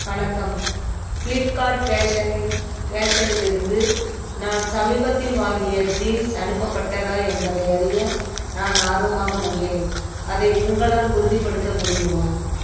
வணக்கம் பிளிப்கார்ட் பேஷனின் பேஷனிலிருந்து நான் சமீபத்தில் வாங்கிய ஜீன்ஸ் அனுப்பப்பட்டதா என்பதை அறிய நான் ஆர்வமாக உள்ளேன் அதை உங்களால் உறுதிப்படுத்த முடியுமா